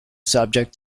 subject